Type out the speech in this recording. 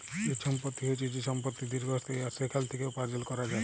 যে সম্পত্তি হচ্যে যে সম্পত্তি দীর্ঘস্থায়ী আর সেখাল থেক্যে উপার্জন ক্যরা যায়